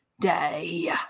day